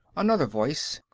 another voice,